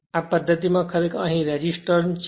આ પદ્ધતિમાં ખરેખર અહીં રેઝિસ્ટર છે